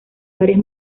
varias